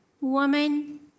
Woman